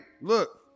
look